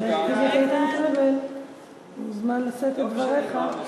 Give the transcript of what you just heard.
בבקשה, מוזמן לשאת את דבריך.